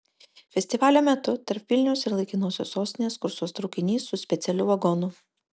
festivalio metu tarp vilniaus ir laikinosios sostinės kursuos traukinys su specialiu vagonu